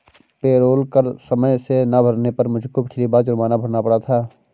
payroll कर समय से ना भरने पर मुझको पिछली बार जुर्माना भरना पड़ा था